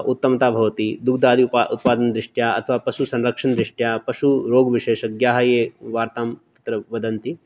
उत्तमता भवति दुग्धादि उत्पा उपादानदृष्ट्या अथवा पशुसंरक्षणदृष्ट्या पशुरोगविशेषज्ञाः ये वार्तां तत्र वदन्ति